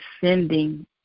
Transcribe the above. sending